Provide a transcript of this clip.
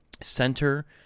Center